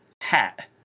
hat